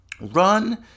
Run